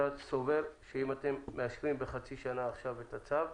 אתה סובר שאם אתם מאשרים בחצי שנה עכשיו את הצו,